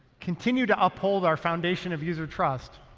continue to uphold our foundation of user trust,